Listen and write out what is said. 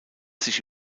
sich